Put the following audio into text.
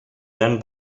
then